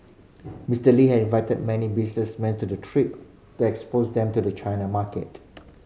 Mister Lee had invited many businessmen to the trip to expose them to the China market